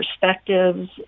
perspectives